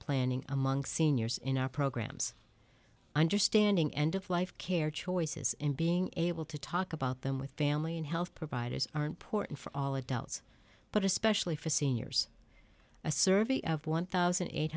planning among seniors in our programs understanding end of life care choices in being able to talk about them with family and health providers are important for all adults but especially for seniors a survey of one thousand eight